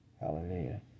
hallelujah